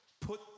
put